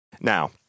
Now